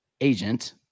agent